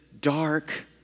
dark